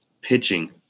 pitching